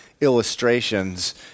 illustrations